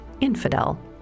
infidel